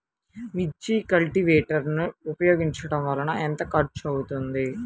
మిర్చి కల్టీవేటర్ ఉపయోగించటం వలన ఎంత ఖర్చు తగ్గుతుంది?